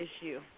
issue